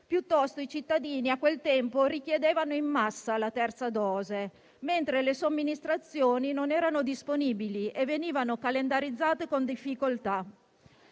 Piuttosto, i cittadini a quel tempo richiedevano in massa la terza dose, mentre le somministrazioni non erano disponibili e venivano calendarizzate con difficoltà.